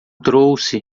trouxe